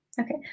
Okay